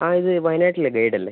ആ ഇത് വയനാട്ടിലെ ഗൈഡ് അല്ലേ